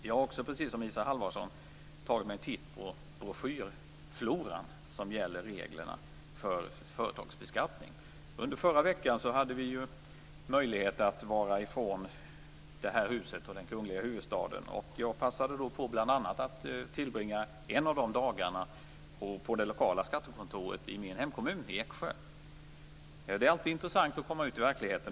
Jag har också, precis som Isa Halvarsson, tagit mig en titt på broschyrfloran som gäller reglerna för företagsbeskattning. Under förra veckan hade vi ju möjlighet att vara ifrån det här huset och den kungliga huvudstaden. Jag passade då bl.a. på att tillbringa en av de dagarna på det lokala skattekontoret i min hemkommmun, Eksjö. Det är alltid intressant att komma ut i verkligheten.